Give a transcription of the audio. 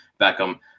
Beckham